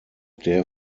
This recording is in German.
der